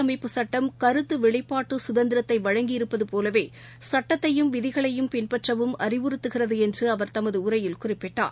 அமைப்புச் சட்டம் கருத்துவெளிப்பாட்டுசுதந்திரத்தைவழங்கி அரசியல் இருப்பதபோலவே சட்டத்தையும் விதிகளையும் பின்பற்றவும் அறிவுறுத்துகிறதுஎன்றுஅவர் தமதுஉரையில் குறிப்பிட்டார்